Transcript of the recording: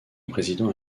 président